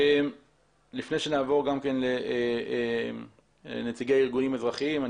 לפני שנעבור לנציגי ארגונים אזרחיים,